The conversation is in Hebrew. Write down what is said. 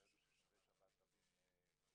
הם לא ידעו ששומרי שבת רבים לא